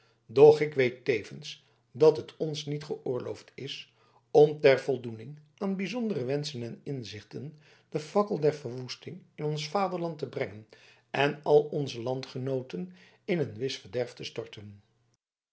doch ik weet tevens dat het ons niet geoorloofd is om ter voldoening aan bijzondere wenschen en inzichten de fakkel der verwoesting in ons vaderland te brengen en alle onze landgenooten in een wis verderf te storten